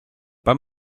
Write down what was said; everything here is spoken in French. pas